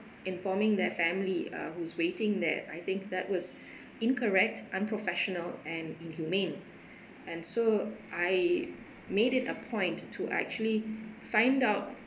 informing their family uh who's waiting there I think that was incorrect unprofessional and inhumane and so I made it a point to actually find out